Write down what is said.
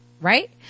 Right